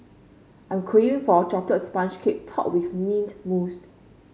I'm craving for a chocolate sponge cake topped with mint mousse